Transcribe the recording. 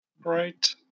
Right